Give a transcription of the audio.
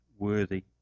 worthy